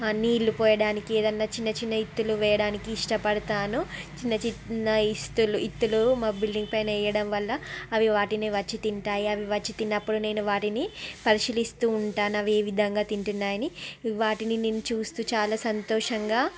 ఆ నీళ్ళు పోయడానికి ఏదైనా చిన్న చిన్న ఇత్తులు వేయడానికి ఇష్టపడుతాను చిన్న చిన్న ఇస్తులు ఇత్తులు మా బిల్డింగ్ పైన వేయడం వల్ల అవి వాటిని వచ్చి తింటాయి అవి వచ్చి తిన్నప్పుడు నేను వాటిని పరిశీలిస్తూ ఉంటాను అవి ఏ విధంగా తింటున్నాయి అని వాటిని నేను చూస్తూ చాలా సంతోషంగా